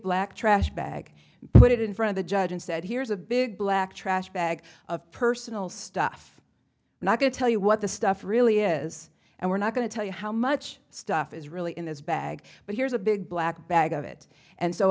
black trash bag put it in front of the judge and said here's a big black trash bag of personal stuff and i could tell you what the stuff really is and we're not going to tell you how much stuff is really in this bag but here's a big black bag of it and so